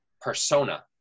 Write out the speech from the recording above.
persona